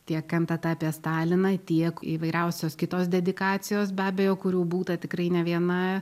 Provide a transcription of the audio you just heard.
tiek kantata apie staliną tiek įvairiausios kitos dedikacijos be abejo kurių būta tikrai ne viena